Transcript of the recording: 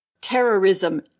terrorism